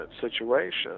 situation